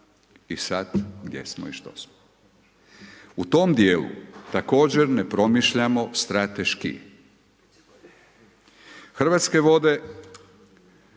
i sad gdje smo i što smo. U tome dijelu također ne promišljamo strateški, Hrvatske vode,